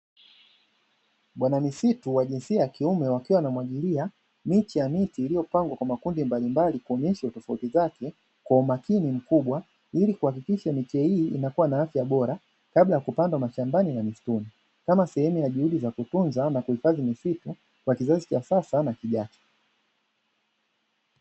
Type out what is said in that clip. Bwanamisitu wa jinsia ya kiume akiwa anamwagilia miche ya miti iliyopangwa kwa makundi mbalimbali kuonyesha tofauti zake kwa umakini mkubwa, ili kuhakikisha miche hii inakuwa na afya bora kabla ya kupandwa mashambani na msituni. Kama sehemu ya juhudi za kutunza na kuhifadhi misitu kwa kizazi cha sasa na kijacho.